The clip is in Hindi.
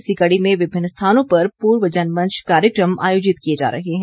इसी कड़ी में विभिन्न स्थानों पर पूर्व जनमंच कार्यक्रम आयोजित किए जा रहे हैं